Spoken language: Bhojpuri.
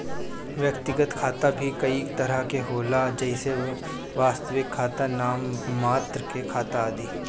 व्यक्तिगत खाता भी कई तरह के होला जइसे वास्तविक खाता, नाम मात्र के खाता आदि